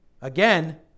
Again